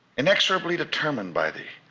inexorably determined by the